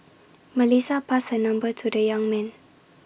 Melissa passed her number to the young man